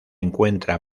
encuentra